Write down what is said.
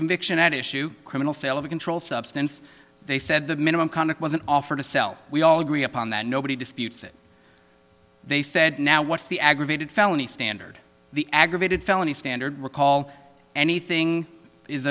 conviction at issue criminal sale of controlled substance they said the minimum conduct was an offer to sell we all agree upon that nobody disputes that they said now what's the aggravated felony standard the aggravated felony standard recall anything is